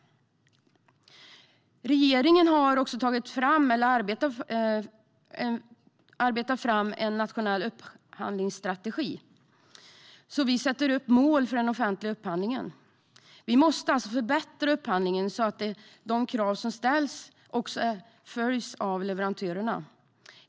Regeringen arbetar nu med att ta fram en nationell upphandlingsstrategi. Vi sätter upp mål för den offentliga upphandlingen. Vi måste förbättra uppföljningen sa° att de krav som ställs också följs av leverantörerna.